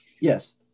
Yes